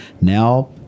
Now